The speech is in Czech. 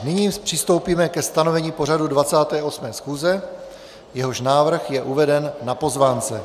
Nyní přistoupíme ke stanovení pořadu 28. schůze, jehož návrh je uveden na pozvánce.